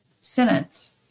sentence